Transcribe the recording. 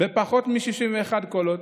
בפחות מ-61 קולות.